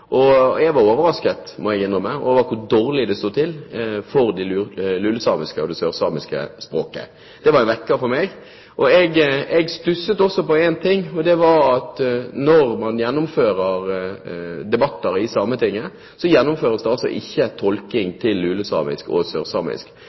Jeg ble overrasket, må jeg innrømme, over hvor dårlig det sto til for det lulesamiske og det sørsamiske språket. Det var en vekker for meg. Jeg stusset også på én ting, og det var at når man gjennomfører debatter i Sametinget, gjennomføres det ikke tolking